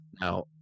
now